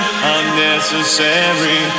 unnecessary